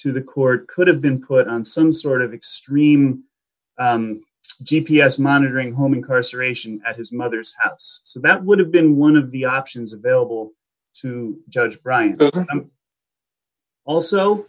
to the court could have been put on some sort of extreme g p s monitoring home incarceration at his mother's house so that would have been one of the options available to judge wright